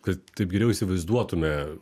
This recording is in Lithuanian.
kad taip geriau įsivaizduotume